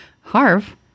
harv